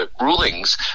rulings